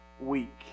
week